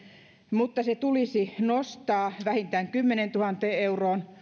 mutta se tulisi nostaa vähintään kymmeneentuhanteen euroon